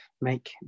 make